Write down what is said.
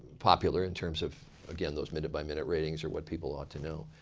popular in terms of again those minute by minute ratings or what people ought to know.